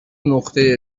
نقطه